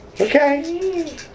Okay